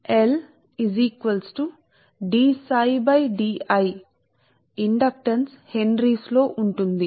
సరేకాబట్టి ఒక సరళి కరణ లీనియర్ linear కోసంఇండక్టెన్స్ హెన్రీస్ లో ఉంటుంది